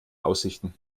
aussichten